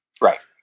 Right